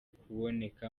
kuboneka